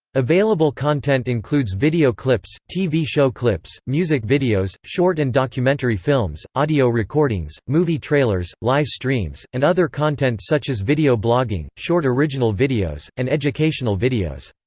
available content includes video clips, tv show clips, music videos, short and documentary films, audio recordings, movie trailers, live streams, and other content such as video blogging, short original videos, and educational videos.